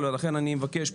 לשבת.